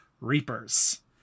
Reapers